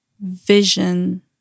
vision